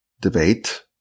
debate